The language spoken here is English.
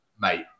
Mate